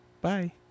Bye